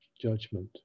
judgment